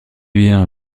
bien